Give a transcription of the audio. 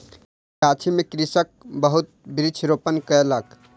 गाछी में कृषक बहुत वृक्ष रोपण कयलक